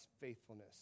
faithfulness